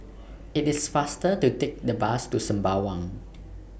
IT IS faster to Take The Bus to Sembawang